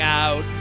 out